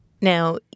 Now